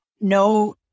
no